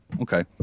Okay